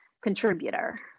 contributor